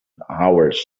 hours